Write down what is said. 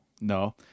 No